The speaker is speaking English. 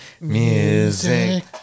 Music